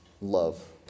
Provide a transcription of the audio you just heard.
love